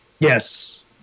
Yes